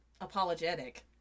apologetic